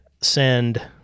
send